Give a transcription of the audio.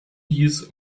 dies